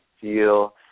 feel